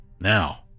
Now